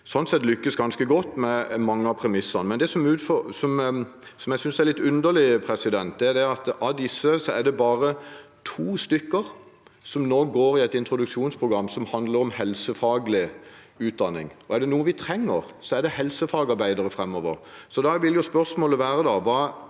at vi lykkes ganske godt med mange av premissene. Det som jeg synes er litt underlig, er at av disse er det bare to stykker som går i et introduksjonsprogram som handler om helsefaglig utdanning. Er det noe vi trenger framover, er det helsefagarbeidere. Så da vil spørsmålet være: